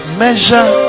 measure